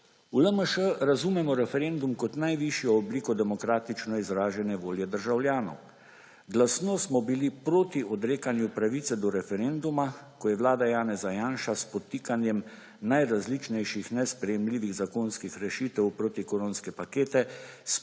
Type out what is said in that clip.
V LMŠ razumemo referendum kot najvišjo obliko demokratično izražene volje državljanov. Glasno smo bili proti odrekanju pravice do referenduma, ko je vlada Janeza Janše s podtikanjem najrazličnejših nesprejemljivih zakonskih rešitev v protikoronske pakete